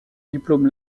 diplôme